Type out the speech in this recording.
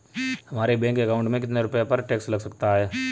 हमारे bank account में कितने रुपये पर टैक्स लग सकता है?